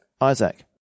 Isaac